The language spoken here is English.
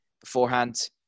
beforehand